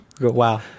wow